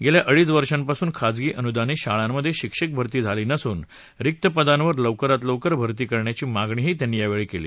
गेल्या अडीच वर्षांपासून खासगी अनुदानित शाळांमधे शिक्षक भरती झाली नसून रिक्त पदावर लवकरात लवकर भरती करण्याची मागणीही त्यांनी यावेळी केली